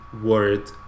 Word